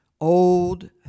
Old